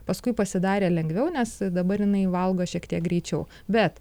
paskui pasidarė lengviau nes dabar jinai valgo šiek tiek greičiau bet